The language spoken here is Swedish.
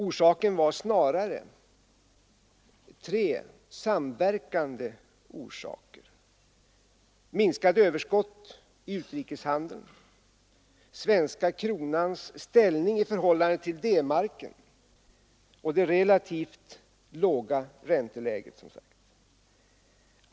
Orsaken var snarare tre samverkande faktorer: minskande överskott i utrikeshandeln, den svenska kronans ställning i förhållande till D-marken och det relativt låga ränteläget.